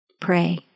Pray